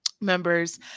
members